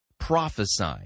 Prophesy